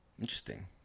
interesting